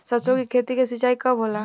सरसों की खेती के सिंचाई कब होला?